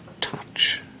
touch